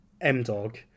M-Dog